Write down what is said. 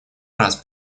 раз